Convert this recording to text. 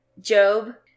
Job